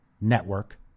network